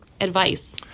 advice